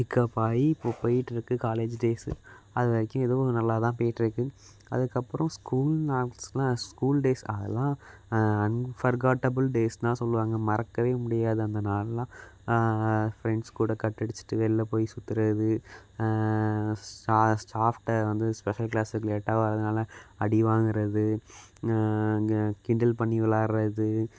pick up ஆகி இப்போது போய்கிட்ருக்கு காலேஜு டேஸு அதுவரைக்கும் இதுவும் நல்லா தான் போய்கிட்ருக்கு அதுக்கப்புறம் ஸ்கூல் நாட்ஸ்க்கெலாம் ஸ்கூல் டேஸ்சில் அதெல்லாம் அன்ஃபர்காட்டபிள் டேஸ் தான் சொல்லுவாங்க மறக்கவே முடியாது அந்த நாளெலாம் ஃப்ரெண்ட்ஸ் கூட கட்டடிச்சுட்டு வெளில போய் சுற்றுறது சா ஸ்டாஃப்கிட்ட வந்து ஸ்பெஷல் க்ளாஸுக்கு லேட்டாக வர்றதுனால் அடி வாங்கிறது க கிண்டல் பண்ணி விளாடுறது